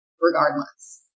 regardless